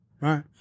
right